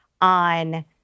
on